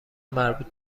مربوط